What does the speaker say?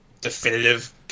definitive